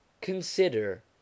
Consider